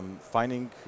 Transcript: finding